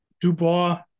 Dubois